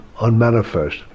unmanifest